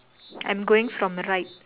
I'm going from right